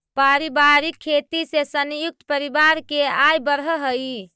पारिवारिक खेती से संयुक्त परिवार के आय बढ़ऽ हई